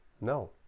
no